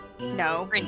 No